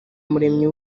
umuremyi